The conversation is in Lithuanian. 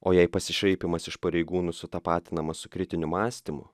o jei pasišaipymas iš pareigūnų sutapatinamas su kritiniu mąstymu